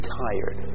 tired